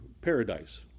paradise